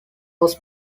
was